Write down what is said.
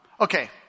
okay